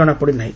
ଜଣାପଡ଼ିନାହିଁ